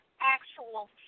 actual